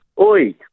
oi